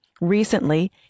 Recently